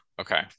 okay